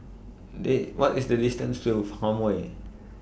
The What IS The distance to Farmway